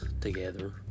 together